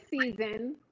season